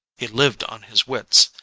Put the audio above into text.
he lived on his wits.